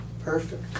Perfect